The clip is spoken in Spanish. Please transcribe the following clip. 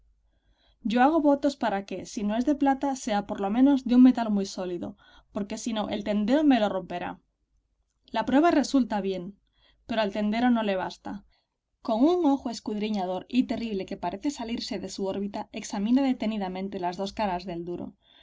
yo hago votos para que si no es de plata sea por lo menos de un metal muy sólido porque si no el tendero me lo romperá la prueba resulta bien pero al tendero no le basta con un ojo escudriñador y terrible que parece salirse de su órbita examina detenidamente las dos caras del duro